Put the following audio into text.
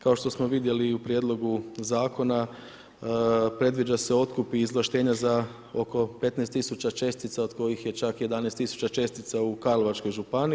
Kao što smo vidjeli i u prijedlogu zakona predviđa se otkup i izvlaštenja za oko 15 tisuća čestica od kojih je čak 11 tisuća čestica u Karlovačkoj županiji.